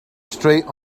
straight